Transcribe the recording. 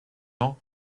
ans